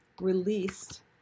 released